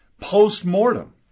post-mortem